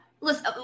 Listen